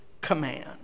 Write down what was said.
command